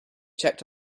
checked